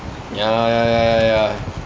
ya lah ya ya ya ya